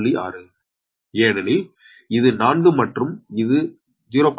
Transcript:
6 ஏனெனில் இது 4 மற்றும் இது 0